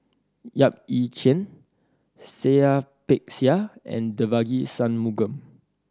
Yap Ee Chian Seah Peck Seah and Devagi Sanmugam